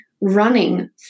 running